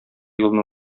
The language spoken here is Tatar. юлны